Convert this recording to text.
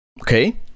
Okay